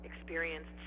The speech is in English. experienced